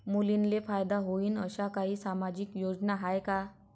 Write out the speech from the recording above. मुलींले फायदा होईन अशा काही सामाजिक योजना हाय का?